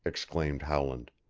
exclaimed howland.